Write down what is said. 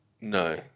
no